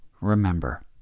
remember